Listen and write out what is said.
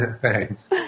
Thanks